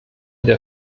der